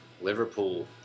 Liverpool